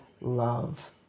love